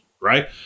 right